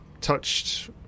touched